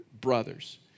brothers